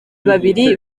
babiri